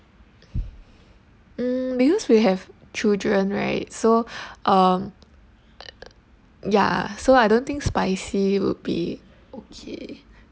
mm because we have children right so um ya so I don't think spicy would be okay